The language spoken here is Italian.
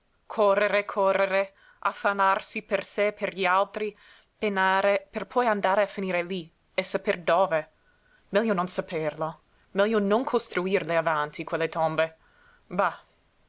correre correre affannarsi per sé e per gli altri penare per poi andare a finir lí e saper dove meglio non saperlo meglio non costruirle avanti quelle tombe bah